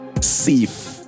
safe